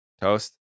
Toast